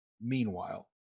meanwhile